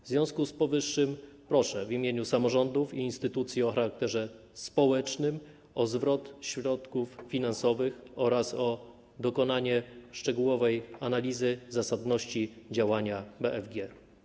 W związku z powyższym proszę w imieniu samorządów i instytucji o charakterze społecznym o zwrot środków finansowych oraz o dokonanie szczegółowej analizy zasadności działania BFG.